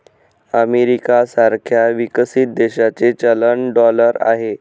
America सारख्या विकसित देशाचे चलन डॉलर आहे